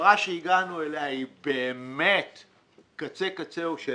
הפשרה שהגענו אליה היא באמת קצה קצהו של